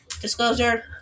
disclosure